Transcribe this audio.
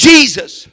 Jesus